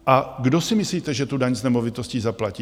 A kdo si myslíte, že tu daň z nemovitostí zaplatí?